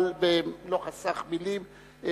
אבל לא חסך מלים,